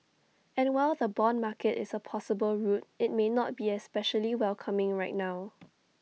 and while the Bond market is A possible route IT may not be especially welcoming right now